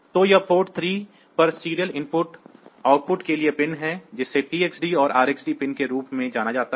तो ये पोर्ट 3 पर सीरियल IO के लिए पिन हैं जिसे TXD और RXD पिन के रूप में जाना जाता है